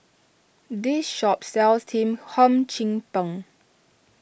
this shop sells Team Hum Chim Peng